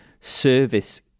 service